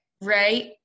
right